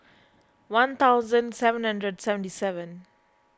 one thousand seven hundred and seventy seven